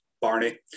Barney